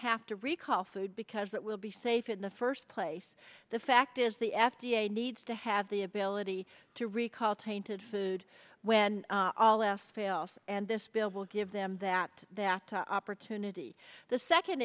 have to recall food because it will be safe in the first place the fact is the f d a needs to have the ability to recall tainted food when all else fails and this bill will give them that that opportunity the second